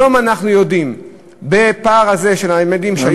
היום אנחנו יודעים על הפער הזה של הממדים שהיו במכירה,